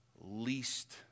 least